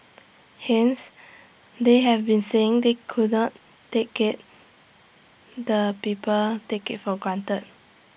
hence they have been saying they could not take care the people take IT for granted